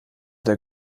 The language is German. der